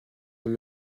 dans